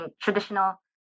traditional